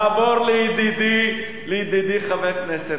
הצעת אי-אמון בנו?